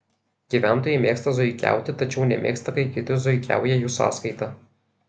gyventojai mėgsta zuikiauti tačiau nemėgsta kai kiti zuikiauja jų sąskaita